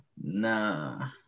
Nah